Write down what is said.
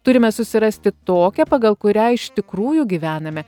turime susirasti tokią pagal kurią iš tikrųjų gyvename